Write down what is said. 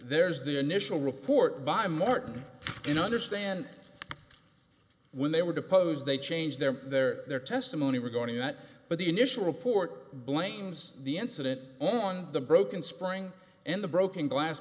there's the initial report by martin can understand when they were deposed they changed their their their testimony regarding that but the initial report blames the incident on the broken spring and the broken glass